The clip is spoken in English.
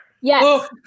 Yes